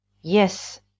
Yes